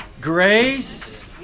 Grace